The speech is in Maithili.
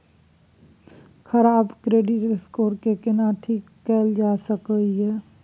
खराब क्रेडिट स्कोर के केना ठीक कैल जा सकै ये?